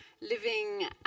living